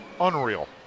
Unreal